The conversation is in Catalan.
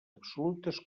absolutes